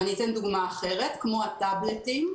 אתן דוגמה אחרת, למשל הטבלטים.